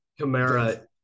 Kamara